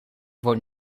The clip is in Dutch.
wordt